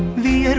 the